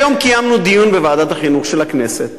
היום קיימנו דיון בוועדת החינוך של הכנסת,